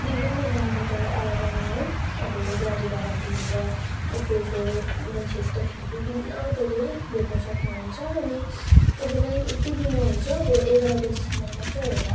विभिन्न गाउँबाट आएर है अब गाडी भाडा तिरेर उभिएको मान्छेहरू तपाईँहरूले विभिन्न धेरै भेट्न सक्नुहुन्छ अनि अब लाइन यतिबिघ्न हुन्छ अब एघार बजेसम्म मात्रै होला